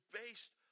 based